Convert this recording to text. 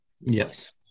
Yes